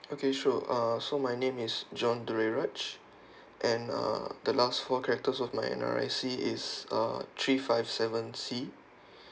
okay sure uh so my name is john duraraj and uh the last four characters of my N_R_I_C is uh three five seven C